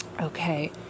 Okay